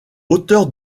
auteur